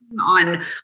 on